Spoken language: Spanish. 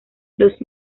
los